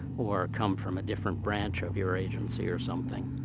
or come from a different branch of your agency, or something,